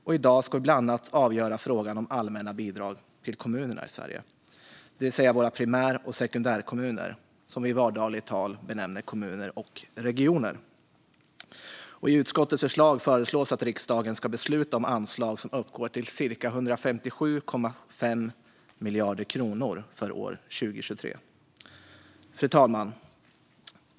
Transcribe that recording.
Och i dag ska vi bland annat avgöra frågan om allmänna bidrag till kommunerna i Sverige, det vill säga våra primär och sekundärkommuner - i vardagligt tal kommuner och regioner. I utskottets förslag föreslås att riksdagen ska besluta om anslag som uppgår till cirka 157,5 miljarder kronor för år 2023. Fru talman!